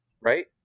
right